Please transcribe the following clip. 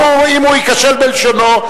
אם הוא ייכשל בלשונו,